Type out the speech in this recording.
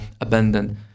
abandoned